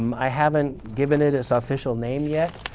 um i haven't given it it's ah official name yet,